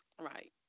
right